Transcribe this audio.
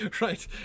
Right